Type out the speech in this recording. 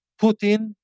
Putin